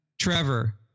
Trevor